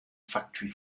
factory